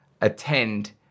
attend